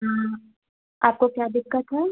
हाँ आपको क्या दिक्कत है